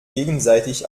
gegenseitig